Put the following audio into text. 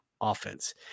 offense